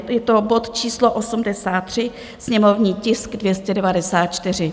Je to bod číslo 83, sněmovní tisk 294.